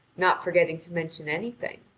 not forgetting to mention anything.